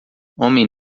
homem